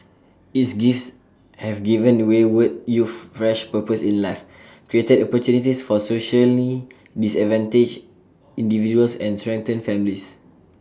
its gifts have given the wayward youth fresh purpose in life created opportunities for socially disadvantaged individuals and strengthened families